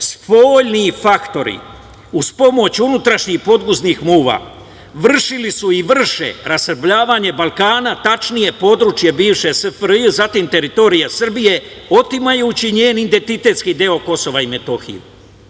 Spoljni faktori, uz pomoć unutrašnjih podguznih muva, vršili su i vrše rasrbljavanje Balkana, tačnije područje bivše SFRJ, zatim teritorije Srbije otimajući njen identitetski deo KiM.Rasrbljavanje